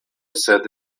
sed